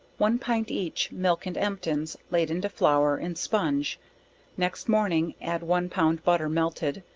one pint each milk and emptins, laid into flour, in sponge next morning add one pound butter melted,